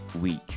week